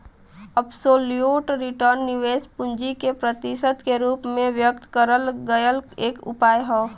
absolute return निवेशित पूंजी के प्रतिशत के रूप में व्यक्त करल गयल एक उपाय हौ